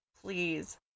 please